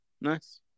Nice